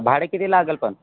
भाडे किती लागेल पण